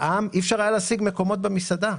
אי אפשר היה להשיג מקומות במסעדה.